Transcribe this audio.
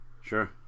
Sure